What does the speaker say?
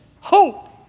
Hope